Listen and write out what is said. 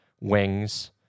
wings